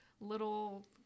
little